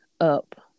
up